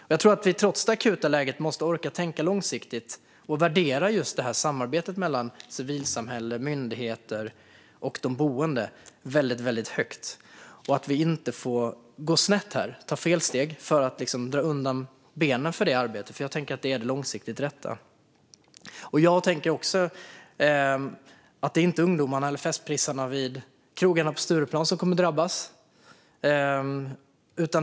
Trots det akuta läget tror jag att vi måste orka tänka långsiktigt och värdera just samarbetet mellan civilsamhälle, myndigheter och de boende väldigt högt och att vi inte får ta felsteg och dra undan benen för detta arbete, som jag tror är det långsiktigt rätta. Jag tänker också att det inte är ungdomarna eller festprissarna vid krogarna på Stureplan som kommer att drabbas.